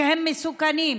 שהם מסוכנים.